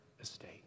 estate